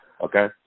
Okay